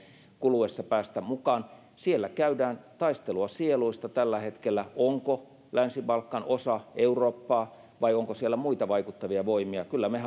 kuluessa päästä mukaan siellä käydään taistelua sieluista tällä hetkellä onko länsi balkan osa eurooppaa vai onko siellä muita vaikuttavia voimia kyllä me